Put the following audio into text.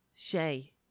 Shay